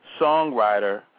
songwriter